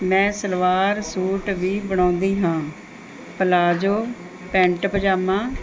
ਮੈਂ ਸਲਵਾਰ ਸੂਟ ਵੀ ਬਣਾਉਂਦੀ ਹਾਂ ਪਲਾਜ਼ੋ ਪੈਂਟ ਪਜਾਮਾ